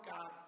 God